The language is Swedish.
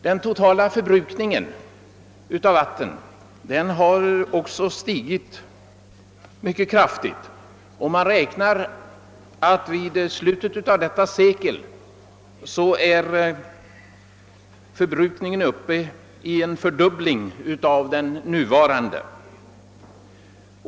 Den totala förbrukningen av vatten har också stigit mycket kraftigt och man räknar med att vid slutet av detta sekel förbrukningen är dubbelt så stor som den nuvarande.